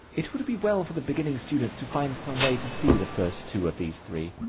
it would be well for the beginning student to find some way to see the first two of these three,